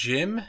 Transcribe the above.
Jim